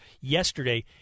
yesterday